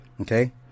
Okay